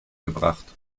gebracht